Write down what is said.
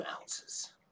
ounces